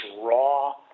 raw